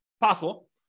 possible